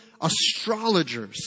astrologers